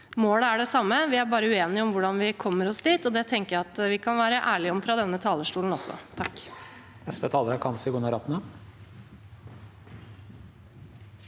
Målet er det samme; vi er bare uenige om hvordan vi kommer oss dit, og det tenker jeg vi kan være ærlige om fra denne talerstolen også.